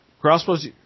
crossbows